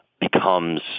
becomes